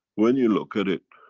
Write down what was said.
when you look at it,